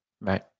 Right